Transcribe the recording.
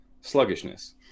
sluggishness